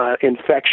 Infection